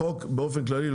החוק באופן כללי,